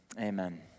amen